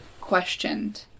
questioned